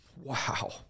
Wow